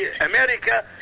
America